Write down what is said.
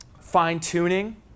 fine-tuning